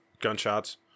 gunshots